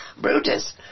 Brutus